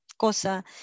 cosa